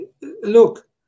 Look